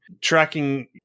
tracking